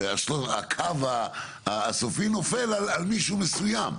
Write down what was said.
שהקו הסופי נופל על מישהו מסוים.